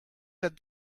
that